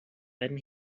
then